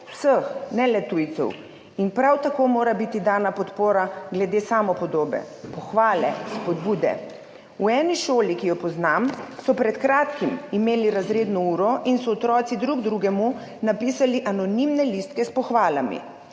vseh, ne le tujcev. In prav tako mora biti dana podpora glede samopodobe, pohvale, spodbude. V eni šoli, ki jo poznam, so pred kratkim imeli razredno uro in so otroci drug drugemu napisali anonimne listke s pohvalami.